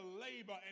labor